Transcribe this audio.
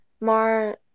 more